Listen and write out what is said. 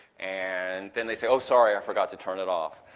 and then they say oh, sorry. i forgot to turn it off.